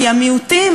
כי המיעוטים,